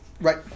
Right